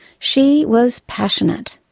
she was passionate.